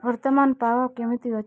ବର୍ତ୍ତମାନ ପାଗ କେମିତି ଅଛି